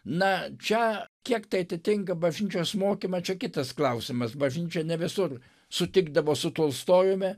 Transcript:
na čia kiek tai atitinka bažnyčios mokymą čia kitas klausimas bažnyčia ne visur sutikdavo su tolstojumi